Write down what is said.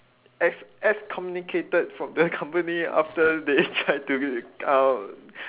as as communicated from the company after they tried to um